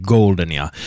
Goldenia